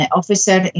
officer